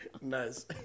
Nice